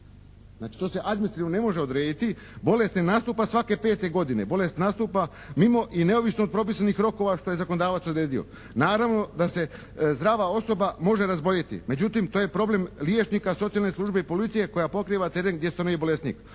Znači to se administrativno ne može odrediti. Bolest ne nastupa svake 5. godine. Bolest nastupa mimo i neovisno od propisanih rokova što je zakonodavac odredio. Naravno da se zdrava osoba može razboljeti. Međutim to je problem liječnika, socijalne službe i policije koja pokriva teren gdje stanuje bolesnik.